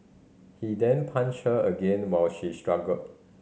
he then punched her again while she struggled